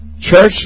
Church